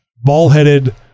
ball-headed